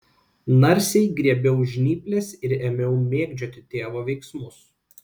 narsiai griebiau žnyples ir ėmiau mėgdžioti tėvo veiksmus